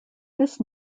this